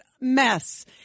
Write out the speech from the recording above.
mess